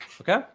Okay